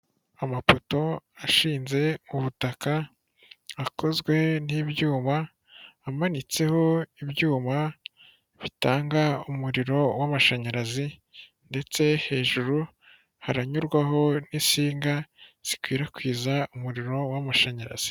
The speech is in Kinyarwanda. Amapoto ashinze ku butaka akozwe n'ibyuma, amanitseho ibyuma bitanga umuriro w'amashanyarazi ndetse hejuru haranyurwaho n'insinga zikwirakwiza umuriro w'amashanyarazi.